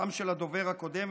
גם של הדובר הקודם,